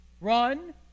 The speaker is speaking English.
Run